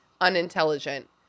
unintelligent